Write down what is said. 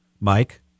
Mike